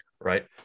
Right